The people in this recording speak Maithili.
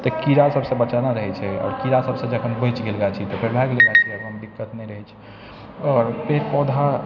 तऽ कीड़ा सबसँ बचाना रहै छै कीड़ा सबसँ जखन बचि गेल गाछी तऽ फेर भए गेलै गाछीमे कोनो दिक्कत नहि रहै छै आओर पेड़ पौधा